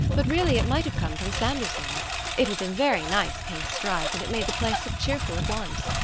but really it might have come from sandersons' it was a very nice pink stripe and it made the place look cheerful at once.